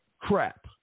crap